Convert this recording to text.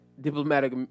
diplomatic